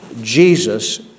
Jesus